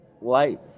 life